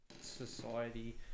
society